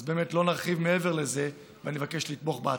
אז לא נרחיב מעבר לזה, ואני מבקש לתמוך בהצעה.